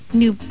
new